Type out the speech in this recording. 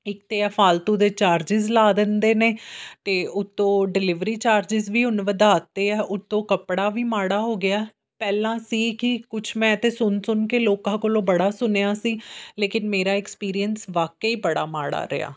ਇੱਕ ਤਾਂ ਇਹ ਫਾਲਤੂ ਦੇ ਚਾਰਜਿਸ ਲਾ ਦਿੰਦੇ ਨੇ ਅਤੇ ਉੱਤੋਂ ਡਿਲੀਵਰੀ ਚਾਰਜਿਸ ਵੀ ਹੁਣ ਵਧਾ ਤੇ ਆ ਉੱਤੋਂ ਕੱਪੜਾ ਵੀ ਮਾੜਾ ਹੋ ਗਿਆ ਪਹਿਲਾਂ ਸੀ ਕਿ ਕੁੱਛ ਮੈਂ ਤਾਂ ਸੁਣ ਸੁਣ ਕੇ ਲੋਕਾਂ ਕੋਲੋਂ ਬੜਾ ਸੁਣਿਆ ਸੀ ਲੇਕਿਨ ਮੇਰਾ ਐਕਸਪੀਰੀਐਂਸ ਵਾਕਈ ਬੜਾ ਮਾੜਾ ਰਿਹਾ